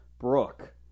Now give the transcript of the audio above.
brooke